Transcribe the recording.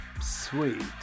Sweet